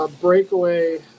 Breakaway